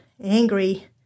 angry